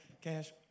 Cash